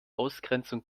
ausgrenzung